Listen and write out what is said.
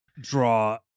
draw